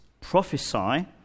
prophesy